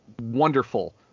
wonderful